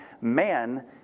man